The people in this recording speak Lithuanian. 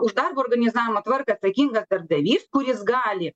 už darbo organizavimo tvarką atsakingas darbdavys kuris gali